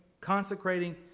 consecrating